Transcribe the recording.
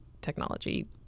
technology